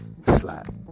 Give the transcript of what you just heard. slap